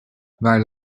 waar